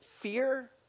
fear